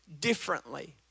differently